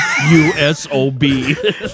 U-S-O-B